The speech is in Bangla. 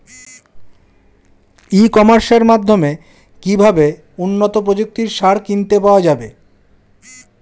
ই কমার্সের মাধ্যমে কিভাবে উন্নত প্রযুক্তির সার কিনতে পাওয়া যাবে?